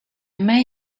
may